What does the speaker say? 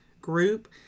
group